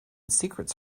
secrets